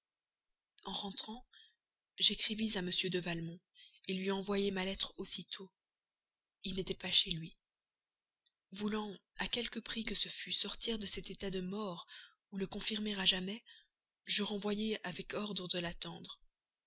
en rentrant j'écrivis à m de valmont lui envoyai ma lettre aussitôt il n'était pas chez lui voulant à quelque prix que ce fût sortir de cet état de mort ou le confirmer à jamais je renvoyai avec ordre de l'attendre